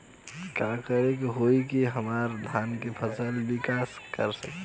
का करे होई की हमार धान के फसल विकास कर सके?